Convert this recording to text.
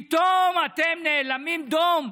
פתאום אתם נאלמים דום.